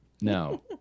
No